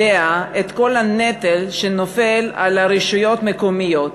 את כל הנטל שנופל על הרשויות המקומיות,